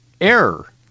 error